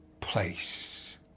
place